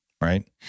Right